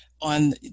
on